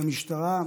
ולמשטרה,